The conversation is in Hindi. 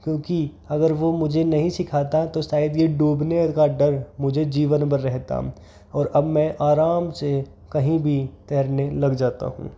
क्योंकि अगर वो मुझे नहीं सिखाता तो शायद ये डूबने का डर मुझे जीवन भर रहता और अब मैं आराम से कहीं भी तैरने लग जाता हूँ